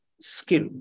skill